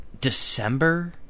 December